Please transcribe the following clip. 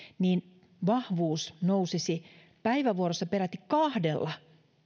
niin vahvuus nousisi päivävuorossa peräti kahdella